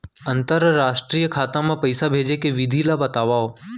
अंतरराष्ट्रीय खाता मा पइसा भेजे के विधि ला बतावव?